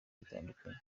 bitandukanye